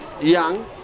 Young